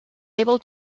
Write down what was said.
able